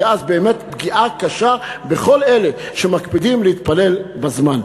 כי אז באמת יש פגיעה קשה בכל אלה שמקפידים להתפלל בזמן.